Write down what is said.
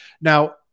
Now